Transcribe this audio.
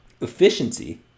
efficiency